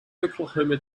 oklahoma